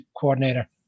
coordinator